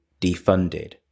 defunded